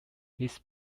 his